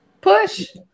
Push